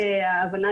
לפני